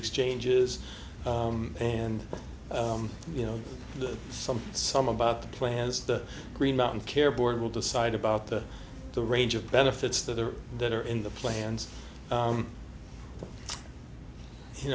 exchanges and you know some some about the plans the green mountain care board will decide about that the range of benefits that are that are in the plans